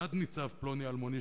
תת-ניצב פלוני-אלמוני?